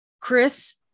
Chris